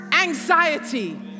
Anxiety